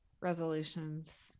resolutions